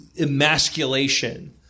emasculation